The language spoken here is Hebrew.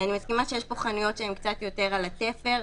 אני מסכימה שיש פה חנויות שהן קצת יותר על התפר.